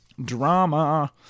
Drama